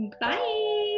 Bye